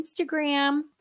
Instagram